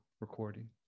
recording